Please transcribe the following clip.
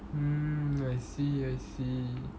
mm I see I see